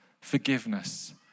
forgiveness